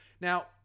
now